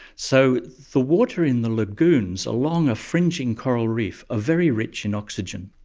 so the water in the lagoons along a fringing coral reef are very rich in oxygen,